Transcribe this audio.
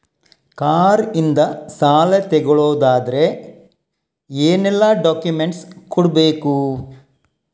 Car ಇಂದ ಸಾಲ ತಗೊಳುದಾದ್ರೆ ಏನೆಲ್ಲ ಡಾಕ್ಯುಮೆಂಟ್ಸ್ ಕೊಡ್ಬೇಕು?